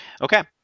Okay